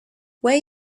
where